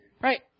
right